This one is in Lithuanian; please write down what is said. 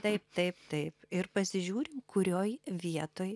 taip taip taip ir pasižiūrim kurioj vietoj